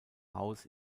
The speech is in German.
haus